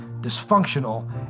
dysfunctional